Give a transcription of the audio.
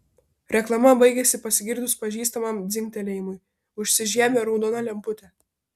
reklama baigėsi pasigirdus pažįstamam dzingtelėjimui užsižiebė raudona lemputė